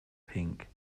pink